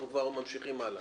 אנחנו ממשיכים הלאה.